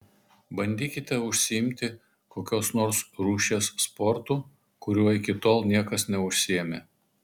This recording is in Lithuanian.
bandykite užsiimti kokios nors rūšies sportu kuriuo iki tol niekas neužsiėmė